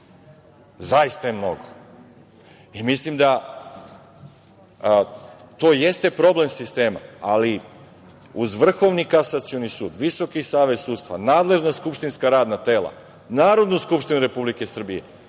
Zaista je mnogo. Mislim da to jeste problem sistema, ali uz Vrhovni kasacioni sud, Visoki savet sudstva, nadležna skupštinska radna tela, Narodnu skupštinu Republike Srbije,